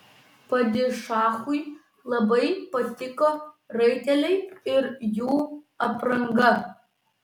padišachui labai patiko raiteliai ir jų apranga